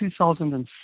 2007